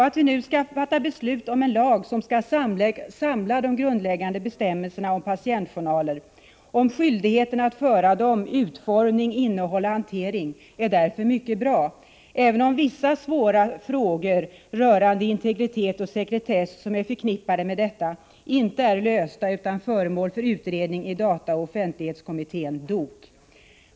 Att vi nu skall fatta beslut om en lag som skall samla de grundläggande bestämmelserna om patientjournaler, om skyldigheten att föra dem och om deras utformning, innehåll och hantering är därför mycket bra, även om vissa svåra frågor rörande integritet och sekretess som är förknippade med detta inte är lösta utan föremål för utredning i dataoch offentlighetskommittén, DOK.